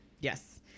Yes